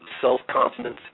self-confidence